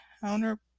counter